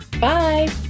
Bye